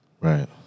right